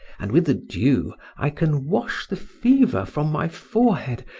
and with the dew i can wash the fever from my forehead,